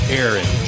Aaron